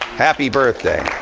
happy birthday.